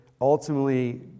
ultimately